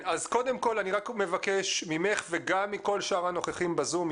אז קודם כל אני רק מבקש ממך וגם מכל שאר הנוכחים בזום,